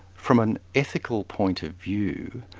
from an ethical point of view,